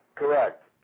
Correct